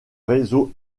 réseau